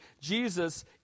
Jesus